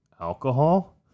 alcohol